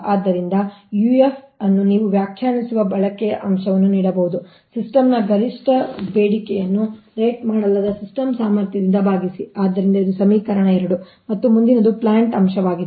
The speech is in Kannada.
ಆದ್ದರಿಂದ UF ಅನ್ನು ನೀವು ವ್ಯಾಖ್ಯಾನಿಸುವ ಬಳಕೆಯ ಅಂಶವನ್ನು ನೀಡಬಹುದು ಸಿಸ್ಟಮ್ನ ಗರಿಷ್ಠ ಬೇಡಿಕೆಯನ್ನು ರೇಟ್ ಮಾಡಲಾದ ಸಿಸ್ಟಮ್ ಸಾಮರ್ಥ್ಯದಿಂದ ಭಾಗಿಸಿ ಆದ್ದರಿಂದ ಇದು ಸಮೀಕರಣ 2 ಮತ್ತು ಮುಂದಿನದು ಪ್ಲಾಂಟ್ ಅಂಶವಾಗಿದೆ